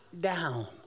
down